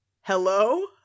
hello